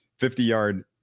50-yard